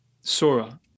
sora